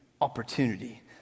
opportunity